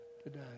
today